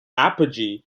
apogee